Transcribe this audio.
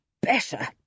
better